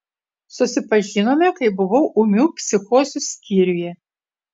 susipažinome kai buvau ūmių psichozių skyriuje